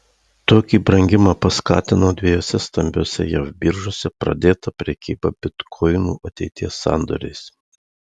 tokį brangimą paskatino dviejose stambiose jav biržose pradėta prekyba bitkoinų ateities sandoriais